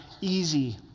easy